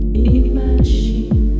imagine